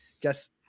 guess